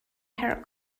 herh